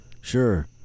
Sure